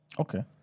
Okay